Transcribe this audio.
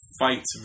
fights